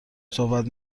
صحبت